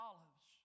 Olives